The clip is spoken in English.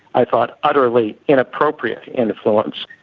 i thought utterly inappropriate influence.